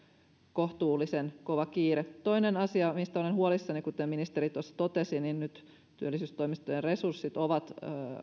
kohtuullisen kova kiire toinen asia mistä olen huolissani on se että kuten ministeri tuossa totesi nyt työllisyystoimistojen resurssit ovat